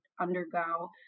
undergo